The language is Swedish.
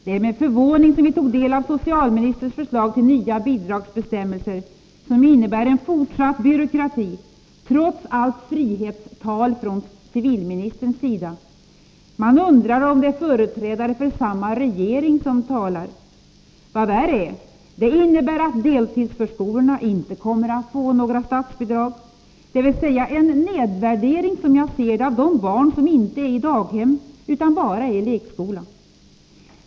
Det är med förvåning som vi tog del av socialministerns förslag till nya bidragsbestämmelser som innebär en fortsatt byråkrati - trots allt frihetstal från civilministern. Man undrar om det är företrädare för samma regering som talar. Vad värre är, det innebär att deltidsförskolorna inte kommer att få några statsbidrag, dvs. en nedvärdering av de barn som inte är i daghem utan bara i lekskola.